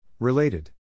Related